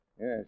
Yes